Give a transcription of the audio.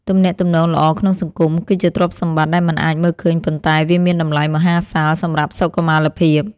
ទំនាក់ទំនងល្អក្នុងសង្គម គឺជាទ្រព្យសម្បត្តិដែលមិនអាចមើលឃើញប៉ុន្តែវាមានតម្លៃមហាសាលសម្រាប់សុខុមាលភាព។